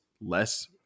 less